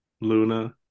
Luna